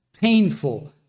painful